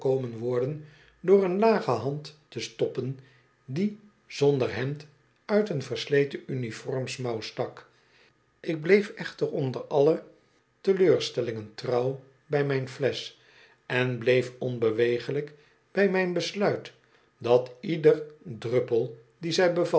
worden door een lage hand te stoppen die zonder hemd uit een versleten uniforms mouw stak ik bleef echter onder alle teleurstellingen trouw bij mijn flesch en bleef onbeweeglijk bij mijn besluit'dat ieder druppel dien zij bevatte